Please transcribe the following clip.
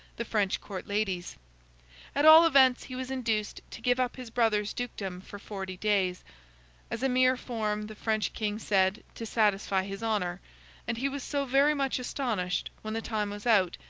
the french court ladies at all events, he was induced to give up his brother's dukedom for forty days as a mere form, the french king said, to satisfy his honour and he was so very much astonished, when the time was out,